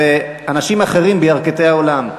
זה אנשים אחרים בירכתי האולם.